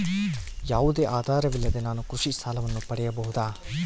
ಯಾವುದೇ ಆಧಾರವಿಲ್ಲದೆ ನಾನು ಕೃಷಿ ಸಾಲವನ್ನು ಪಡೆಯಬಹುದಾ?